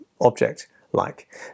object-like